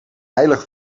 heilig